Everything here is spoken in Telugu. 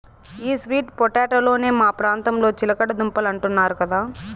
ఈ స్వీట్ పొటాటోలనే మా ప్రాంతంలో చిలకడ దుంపలంటున్నారు కదా